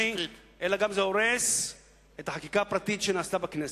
אלא שזה גם הורס את החקיקה הפרטית שנעשתה בכנסת.